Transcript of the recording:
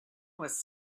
was